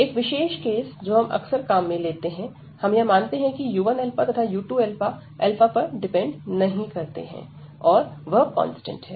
एक विशेष केस जो हम अक्सर काम में लेते हैं हम यह मानते है कि u1α तथा u2α पर डिपेंड नहीं करते हैं और वह कांस्टेंट हैं